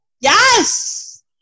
yes